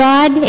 God